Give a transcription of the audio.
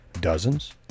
Dozens